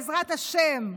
בעזרת השם,